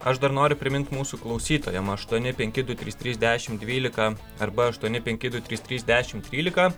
aš dar noriu primint mūsų klausytojam aštuoni penki du trys trys dešim dvylika arba aštuoni penki du trys trys dešim trylika